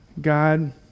God